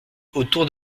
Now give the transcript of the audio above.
autour